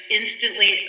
instantly